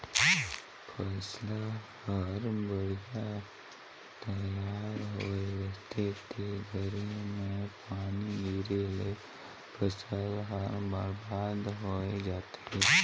फसिल हर बड़िहा तइयार होए रहथे ते घरी में पानी गिरे ले फसिल हर बरबाद होय जाथे